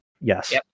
Yes